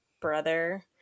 brother